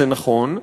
זה נכון,